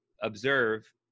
observe